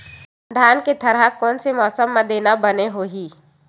धान के थरहा कोन से मौसम म देना बने होही?